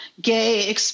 gay